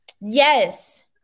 Yes